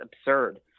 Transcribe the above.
absurd